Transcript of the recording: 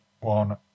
one